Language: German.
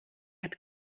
hat